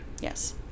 Yes